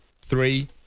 three